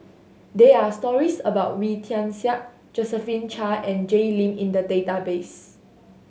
there are stories about Wee Tian Siak Josephine Chia and Jay Lim in the database